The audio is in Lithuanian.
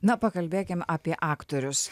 na pakalbėkim apie aktorius